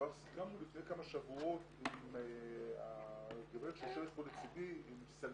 כבר סיכמנו לפני כמה שבועות עם הגברת שיושבת פה לצידי מסלעית,